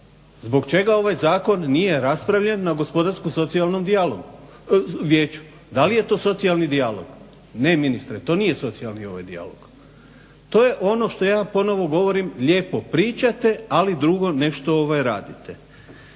Zbog čega ovaj zakon nije raspravljen na Gospodarskom socijalnom vijeću? Da li je to socijalni dijalog? Ne, ministre. To nije socijalni dijalog. To je ono što ja ponovo govorim lijepo pričate, ali drugo nešto radite.